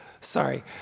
Sorry